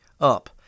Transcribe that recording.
Up